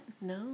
no